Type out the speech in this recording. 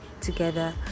together